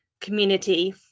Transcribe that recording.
community